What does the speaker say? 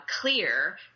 clear